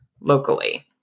locally